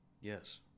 Yes